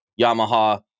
Yamaha